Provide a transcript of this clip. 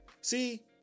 See